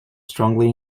strongly